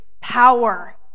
power